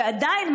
ועדיין,